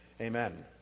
amen